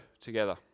together